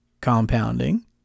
compounding